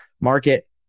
Market